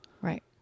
Right